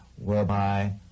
whereby